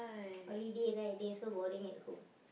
holiday right they also boring at home